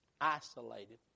isolated